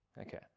Okay